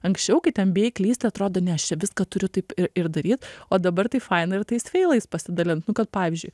anksčiau kai ten bijai klysti atrodo ne aš čia viską turiu taip ir ir daryt o dabar tai faina ir tais feilais pasidalint nu kad pavyzdžiui